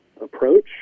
approach